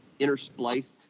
interspliced